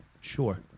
Sure